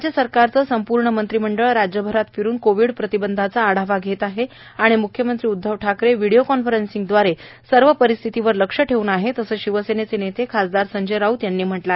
राज्य सरकारचं संपूर्ण मंत्रिमंडळ राज्यभरात फिरून कोविड प्रतिबंधाचा आढावा घेत आहेत आणि म्ख्यमंत्री उद्धव ठाकरे व्हीडीओ कॉन्फरन्सिंगद्वारे सर्व परिस्थितीवर लक्ष ठेऊन आहेत असं शिवसेनेचे नेते खासदार संजय राऊत यांनी म्हटलं आहे